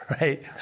Right